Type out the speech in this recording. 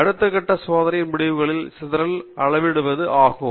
அடுத்த கட்டம் சோதனை முடிவுகளில் சிதறலை அளவிடுவது ஆகும்